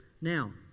Now